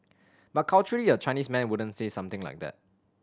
but culturally a Chinese man wouldn't say something like that